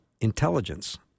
intelligence